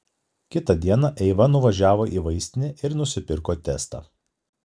kitą dieną eiva nuvažiavo į vaistinę ir nusipirko testą